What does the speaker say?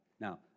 Now